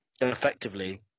effectively